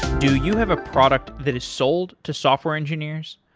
do you have a product that is sold to software engineers?